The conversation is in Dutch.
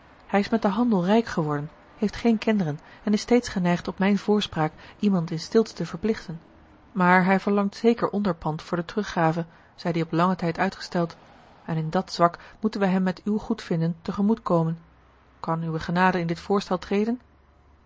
hij is met den handel rijk geworden heeft geene kinderen en is steeds geneigd op mijne voorspraak iemand in stilte te verplichten maar hij verlangt zeker onderpand voor de teruggave zij die op langen tijd uitgesteld en in dat zwak moeten wij hem met uw goedvinden te gemoet komen kan uwe genade in dit voorstel treden